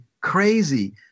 crazy